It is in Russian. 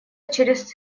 через